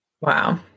Wow